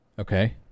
Okay